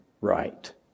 right